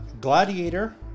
Gladiator